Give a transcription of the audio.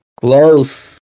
Close